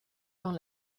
dans